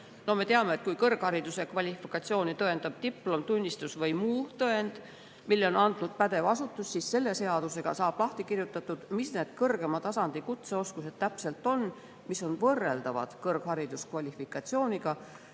Me teame, et kõrghariduskvalifikatsiooni tõendab diplom, tunnistus või muu tõend, mille on andnud pädev asutus. Selle seadusega saab lahti kirjutatud, mis on täpselt need kõrgema tasandi kutseoskused, mis on võrreldavad kõrghariduskvalifikatsiooniga